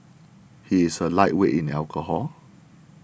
he is a lightweight in alcohol